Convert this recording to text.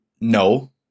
No